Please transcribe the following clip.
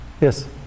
Yes